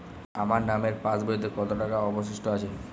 আমার নামের পাসবইতে কত টাকা অবশিষ্ট আছে?